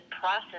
process